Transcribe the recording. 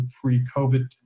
pre-COVID